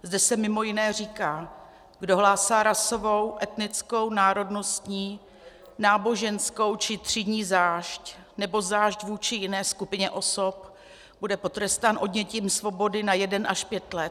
Zde se mimo jiné říká: kdo hlásá rasovou, etnickou, národnostní, náboženskou či třídní zášť nebo zášť vůči jiné skupině osob, bude potrestán odnětím svobody na 15 let.